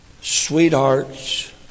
Sweethearts